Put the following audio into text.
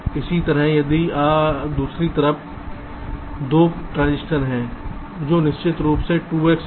इसी तरह दूसरी तरफ 2 ट्रांजिस्टर हैं जो निश्चित रूप से 2 X हैं